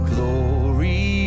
Glory